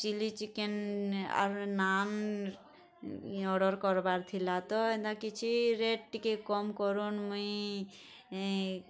chilli chicken ଆର୍ naan order କରବାର୍ ଥିଲା ତ ଏନ୍ତା କିଛି ରେଟ୍ ଟିକେ କମ୍ କରୁନ୍ ମୁଇଁ